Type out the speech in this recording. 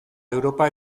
europa